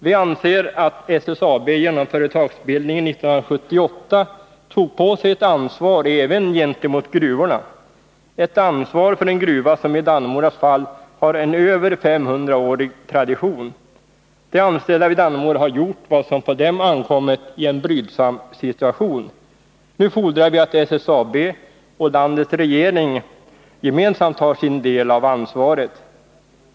Vi anser att SSAB genom företagsbildningen 1978 tog på sig ett ansvar även gentemot gruvorna. Ett ansvar för en gruva som i Dannemoras fall har en över 500-årig tradition. De anställda vid Dannemora har gjort vad som på dem ankommit i en brydsam situation. Nu fordrar vi att SSAB och landets regering gemensamt tar sin del av ansvaret.